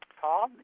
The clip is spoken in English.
Paul